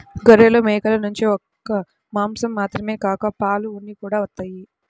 గొర్రెలు, మేకల నుంచి ఒక్క మాసం మాత్రమే కాక పాలు, ఉన్ని కూడా వత్తయ్